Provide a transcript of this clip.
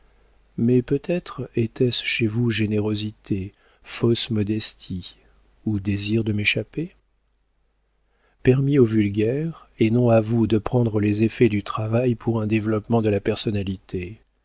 mais peut-être était-ce chez vous générosité fausse modestie ou désir de m'échapper permis au vulgaire et non à vous de prendre les effets du travail pour un développement de la personnalité